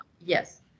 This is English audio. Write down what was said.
Yes